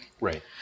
Right